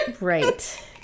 Right